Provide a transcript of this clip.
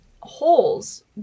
holes